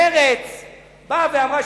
מרצ אמרה,